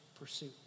pursuit